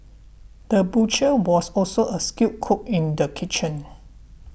the butcher was also a skilled cook in the kitchen